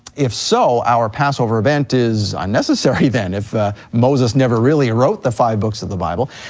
if so, our passover event is unnecessary then if moses never really wrote the five books of the bible.